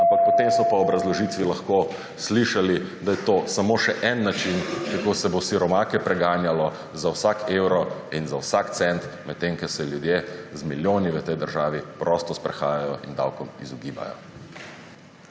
Ampak potem smo pa v obrazložitvi lahko slišali, da je to samo še en način, kako se bo siromake preganjalo za vsak evro in za vsak cent, medtem ko se ljudje z milijoni v tej državi prosto sprehajajo in davkom izogibajo.